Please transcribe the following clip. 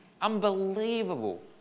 Unbelievable